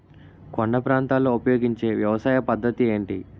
కొండ ప్రాంతాల్లో ఉపయోగించే వ్యవసాయ పద్ధతి ఏంటి?